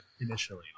initially